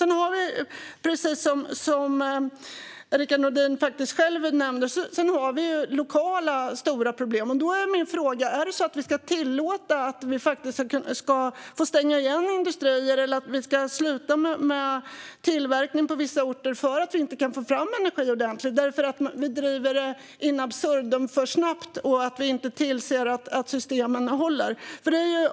Sedan har vi, som Rickard Nordin faktiskt själv nämnde, stora problem lokalt. Då är min fråga: Ska vi tillåta att industrier behöver stängas och att vi behöver sluta med tillverkning på vissa orter för att vi inte kan få fram energi på grund av att vi driver det här för snabbt och in absurdum och därför inte tillser att systemen håller?